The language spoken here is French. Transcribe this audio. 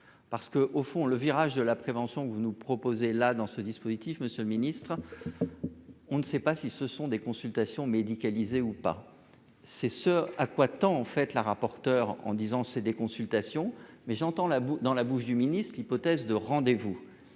parce que, au fond, le virage de la prévention que vous nous proposez là dans ce dispositif, Monsieur le Ministre, on ne sait pas si ce sont des consultations médicalisée ou pas, c'est ce à quoi tend en fait la rapporteure en disant c'est des consultations mais j'entends là dans la bouche du ministre hypothèse de rendez vous